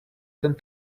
tend